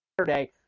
Saturday